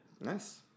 Nice